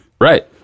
Right